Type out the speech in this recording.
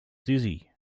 dizzy